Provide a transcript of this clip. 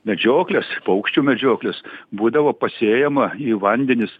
medžiokles paukščių medžiokles būdavo pasėjama į vandenis